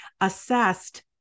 assessed